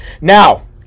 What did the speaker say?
Now